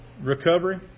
recovery